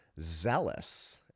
zealous